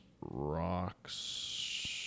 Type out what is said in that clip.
rocks